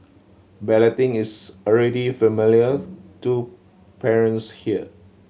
balloting is already familiars to parents here